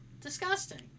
Disgusting